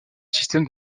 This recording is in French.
système